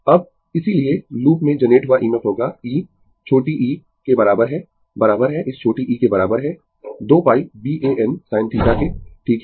अब इसीलिए लूप में जनरेट हुआ EMF होगा e छोटी e के बराबर है बराबर है इस छोटी e के बराबर है 2 π B A n sin θ के ठीक है